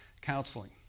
counseling